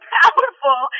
powerful